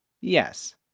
Yes